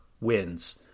wins